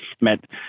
met